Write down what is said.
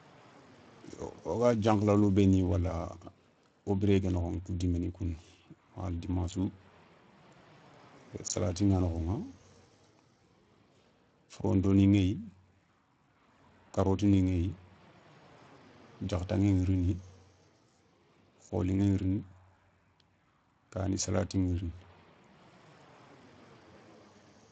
Wo ga diankhalalou bénou wala wo biréyé ké nokhoηa kou dimani koundou ma wala dimassou salati ηa nokho ηa forontoni ηéyi karotini ηéyi, diakhatanηé ηa rini, kholiηé ηa rini, kani salati ηa rini.